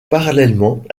parallèlement